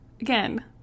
Again